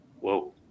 whoa